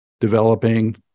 developing